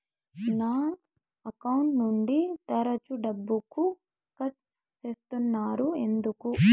నా అకౌంట్ నుండి తరచు డబ్బుకు కట్ సేస్తున్నారు ఎందుకు